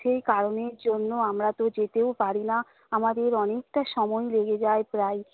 সেই কারণের জন্য আমরা তো যেতেও পারি না আমাদের অনেকটা সময় লেগে যায় প্রায়